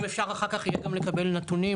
אם אפשר אחר כך יהיה אפשר לקבל נתונים,